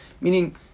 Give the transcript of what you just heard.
meaning